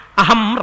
Aham